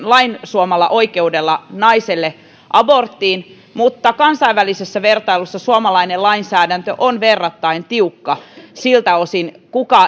lain naiselle suomasta oikeudesta aborttiin mutta kansainvälisessä vertailussa suomalainen lainsäädäntö on verrattain tiukka siltä osin